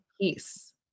peace